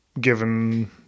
given